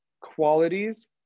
qualities